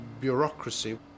bureaucracy